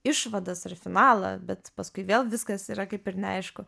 išvadas ir finalą bet paskui vėl viskas yra kaip ir neaišku